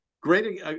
great